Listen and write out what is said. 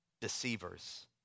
deceivers